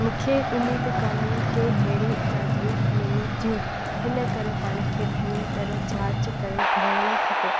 मूंखे उमेदु कोन हुई के अहिड़ी चादरूं मिलंदियूं हिन करे पाण खे पूरी तरह जाच करे घुराइणो खपे